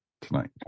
tonight